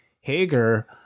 hager